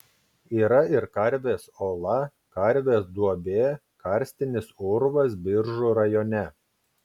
yra ir karvės ola karvės duobė karstinis urvas biržų rajone